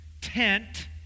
tent